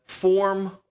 form